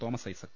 Thomas Isaac